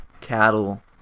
cattle